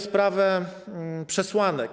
Sprawa przesłanek.